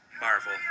Marvel